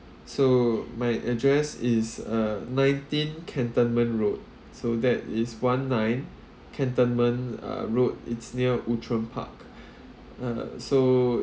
so my address is uh nineteen cantonment road so that is one nine cantonment uh road it's near outram park uh so